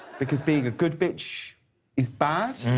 because being a good bitch is bad?